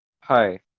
hi